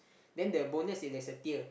then the bonus is there's a tier